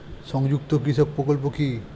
সংযুক্ত কৃষক প্রকল্প কি?